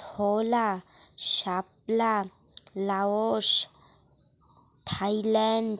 ধওলা শাপলা Laos, Thailand,